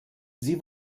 sie